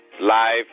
live